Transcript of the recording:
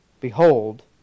Behold